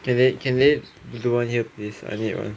can they can they do one here please I need one